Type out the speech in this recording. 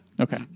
Okay